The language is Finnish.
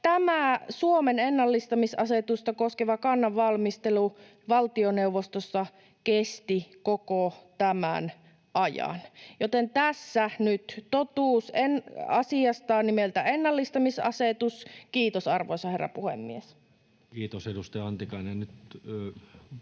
mutta Suomen ennallistamisasetusta koskevan kannan valmistelu valtioneuvostossa kesti koko tämän ajan. Tässä nyt totuus asiasta nimeltä ennallistamisasetus. — Kiitos, arvoisa herra puhemies. [Speech 206] Speaker: